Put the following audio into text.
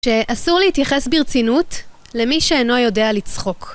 שאסור להתייחס ברצינות למי שאינו יודע לצחוק.